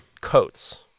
coats